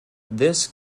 this